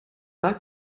pas